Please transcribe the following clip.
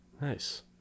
Nice